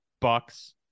Bucks